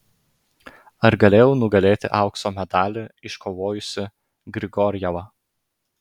ar galėjau nugalėti aukso medalį iškovojusį grigorjevą